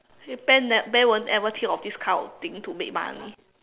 I say Ben Ben ne~ Ben won't ever think of this kind of thing to make money